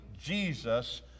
Jesus